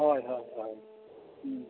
ᱦᱳᱭ ᱦᱳᱭ ᱦᱳᱭ